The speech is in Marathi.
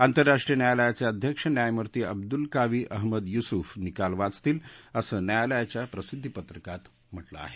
आंतरराष्ट्रीय न्यायालयाचे अध्यक्ष न्यायमूर्ती अब्दुलकावी अहमद युसुफ निकाल वाचतील असं न्यायालयाच्या प्रसिद्धीपत्रकात म्हटलं आहे